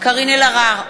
קארין אלהרר,